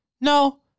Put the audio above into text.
no